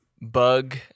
bug